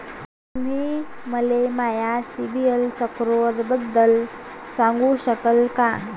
तुम्ही मले माया सीबील स्कोअरबद्दल सांगू शकाल का?